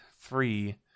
three